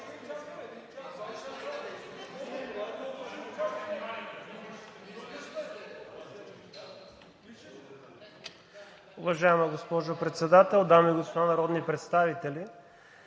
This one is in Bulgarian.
Уважаема госпожо Председател, дами и господа народни представители!